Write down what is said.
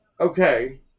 okay